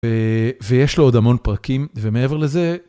ויש לו עוד המון פרקים, ומעבר לזה...